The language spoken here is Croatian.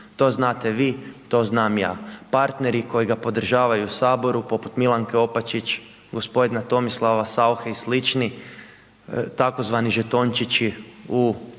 To znate vi, to znam ja. Partneri koji ga podržavaju u Saboru, poput Milanke Opačić, gospodina Tomislava Sauche i sl. tzv. žetončići u džepu